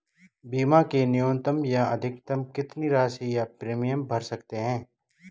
बीमा की न्यूनतम या अधिकतम कितनी राशि या प्रीमियम भर सकते हैं?